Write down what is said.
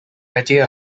idea